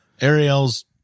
Ariel's